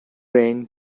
brain